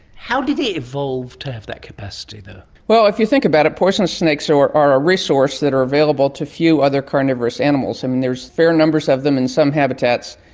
how did it evolve to have that capacity though? well, if you think about it, poisonous snakes so are are a resource that are available to few other carnivorous animals. and there's fair numbers of them in some habitats,